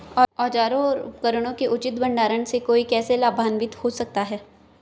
औजारों और उपकरणों के उचित भंडारण से कोई कैसे लाभान्वित हो सकता है?